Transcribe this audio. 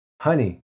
Honey